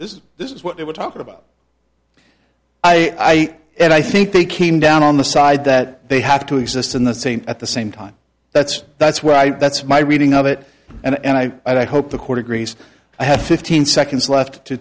this is this is what we're talking about i and i think they came down on the side that they have to exist in the same at the same time that's that's right that's my reading of it and i i hope the court agrees i have fifteen seconds left to